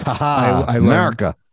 America